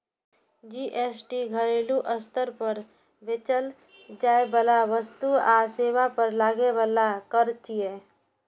GST घरेलू स्तर पर बेचल जाइ बला वस्तु आ सेवा पर लागै बला कर छियै